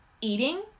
eating